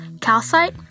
calcite